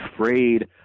afraid